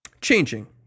changing